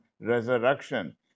resurrection